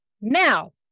Now